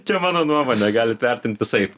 čia mano nuomonė galit vertint visaip